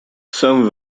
some